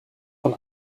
von